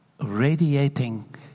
radiating